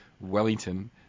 Wellington